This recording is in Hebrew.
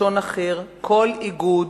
לשון אחר, כל איגוד